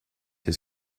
his